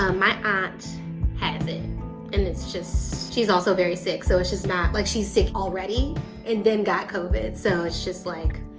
um my aunt has it and it's just, she's also very sick, so it's just not, like she's sick already and then got covid, so it's just like